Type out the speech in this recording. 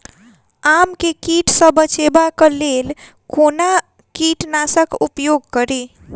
आम केँ कीट सऽ बचेबाक लेल कोना कीट नाशक उपयोग करि?